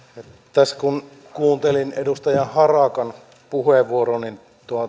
tässä kun kuuntelin edustaja harakan puheenvuoron niin